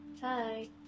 Hi